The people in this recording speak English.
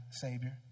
Savior